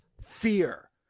fear